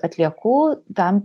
atliekų tam